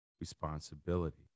responsibility